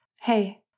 Hey